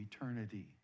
eternity